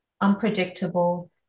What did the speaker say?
unpredictable